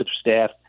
staff